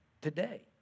Today